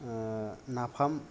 ओ नाफाम